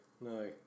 no